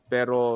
Pero